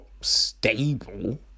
stable